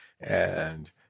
and-